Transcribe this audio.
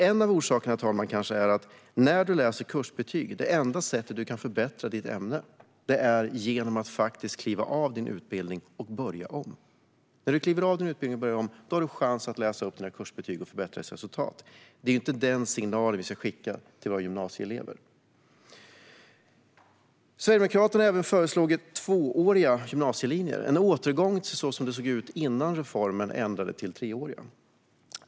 En av orsakerna, herr talman, kanske är att när du läser kurser är det enda sättet att förbättra ditt betyg i ett ämne att kliva av din utbildning och börja om. När du kliver av din utbildning och börjar om har du chansen att läsa upp dina kursbetyg och förbättra ditt resultat. Det är ju inte den signalen vi ska skicka till våra gymnasieelever. Sverigedemokraterna har även föreslagit tvååriga gymnasielinjer, en återgång till hur det såg ut före reformen och ändringen till treåriga.